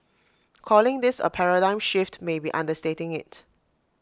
calling this A paradigm shift may be understating IT